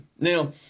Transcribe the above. Now